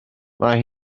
mae